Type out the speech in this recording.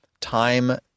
time